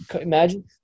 imagine